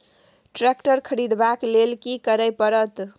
Tractor खरीदबाक लेल की करय परत?